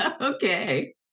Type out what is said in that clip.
okay